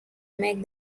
make